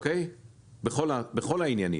בכל העניינים,